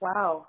Wow